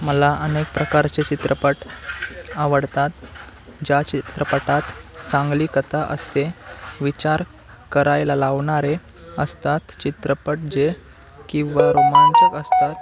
मला अनेक प्रकारचे चित्रपट आवडतात ज्या चित्रपटात चांगली कथा असते विचार करायला लावणारे असतात चित्रपट जे किंवा रोमांचक असतात